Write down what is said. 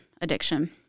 addiction